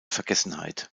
vergessenheit